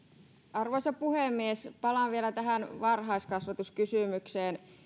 arvoisa puhemies palaan vielä tähän varhaiskasvatuskysymykseen